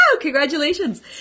congratulations